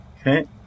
Okay